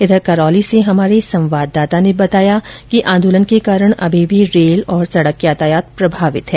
इधर करौली से हमारे संवाददाता ने बताया कि आंदोलन के कारण अभी भी रेल और सड़क यातायात प्रभावित है